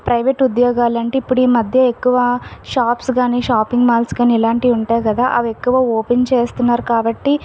private ఉద్యోగాలు అంటే ఇప్పుడు ఈ మధ్య ఎక్కువ షాప్స్ కానీ షాపింగ్ మాల్స్ కానీ ఇలాంటివి ఉంటాయి కదా అవి ఎక్కువ ఓపెన్ చేస్తున్నారు కాబట్టి